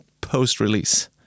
post-release